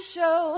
Show